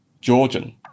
Georgian